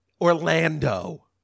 Orlando